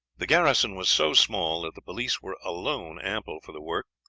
the garrison was so small that the police were alone ample for the work,